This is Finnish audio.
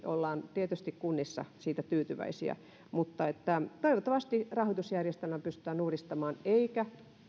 olemme tietysti kunnissa siitä tyytyväisiä mutta toivottavasti rahoitusjärjestelmä pystytään uudistamaan eikä